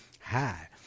Hi